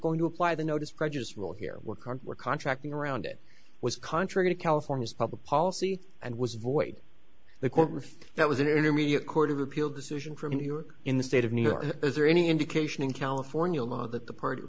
going to apply the notice prejudiced rule here we're current we're contracting around it was contrary to california's public policy and was void the court if that was an intermediate court of appeal decision from new york in the state of new york is there any indication in california law that the part